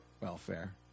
welfare